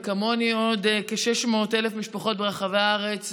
וכמוני עוד כ-600,000 משפחות ברחבי הארץ,